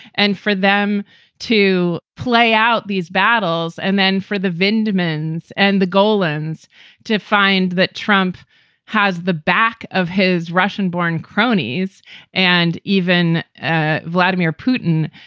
and for them to play out these battles and then for the vind demands and the golan's to find that trump has the back of his russian born cronies and even ah vladimir putin,